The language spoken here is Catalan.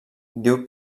diu